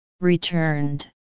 Returned